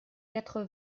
quatre